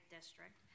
District